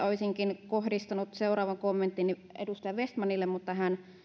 olisinkin kohdistanut seuraavan kommenttini edustaja vestmanille mutta hän